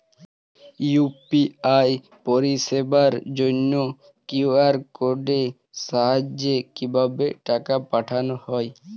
UPI পরিষেবার জন্য QR কোডের সাহায্যে কিভাবে টাকা পাঠানো হয়?